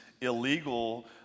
illegal